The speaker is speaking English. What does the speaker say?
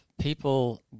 people